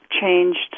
changed